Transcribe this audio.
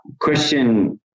question